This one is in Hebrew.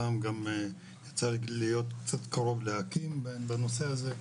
פעם גם יצא לי להיות קצת קרוב לאקי"ם בנושא הזה.